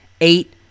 Eight